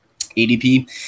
ADP